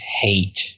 hate